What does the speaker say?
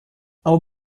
our